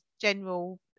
general